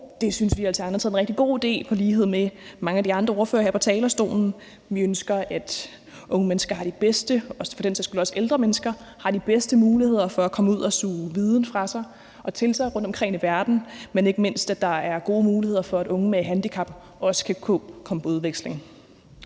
Alternativet er en rigtig god idé, i lighed med mange af de andre ordførere her på talerstolen. Vi ønsker, at unge mennesker og for den sags skyld også ældre mennesker har de bedste muligheder for at komme ud og suge viden til sig rundtomkring i verden, men ikke mindst at der er gode muligheder for, at unge med handicap også skal kunne komme på udveksling.